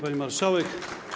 Pani Marszałek!